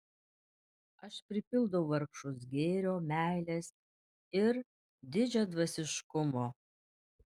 aš pripildau vargšus gėrio meilės ir didžiadvasiškumo